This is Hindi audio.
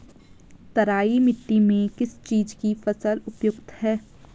तराई मिट्टी में किस चीज़ की फसल उपयुक्त है?